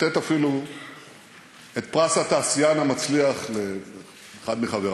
לתת אפילו את פרס התעשיין המצליח לאחד מחברי,